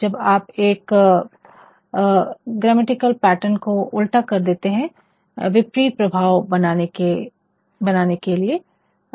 जब आप एक ग्रेमैटिकल पैटर्न को उल्टा कर देते है विपरीत प्रभाव बनाने की नहीं